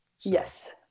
Yes